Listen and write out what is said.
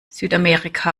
südamerika